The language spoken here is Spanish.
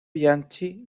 bianchi